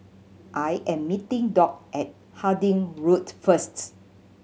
I am meeting Dock at Harding Road first